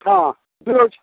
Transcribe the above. हँ जुड़ल